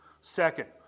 Second